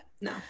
no